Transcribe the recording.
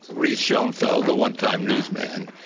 reid schoenfeld, a one-time newsman.